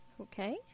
Okay